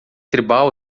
tribal